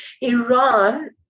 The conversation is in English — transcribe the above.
Iran